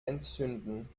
entzünden